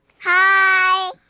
hi